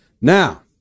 Now